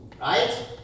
Right